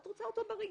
את רוצה אותו בריא.